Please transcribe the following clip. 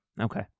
Okay